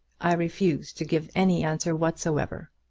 i refuse to give any answer whatsoever.